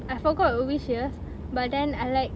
I forgot which years but then I like